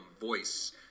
voice